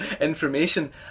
information